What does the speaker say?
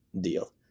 deal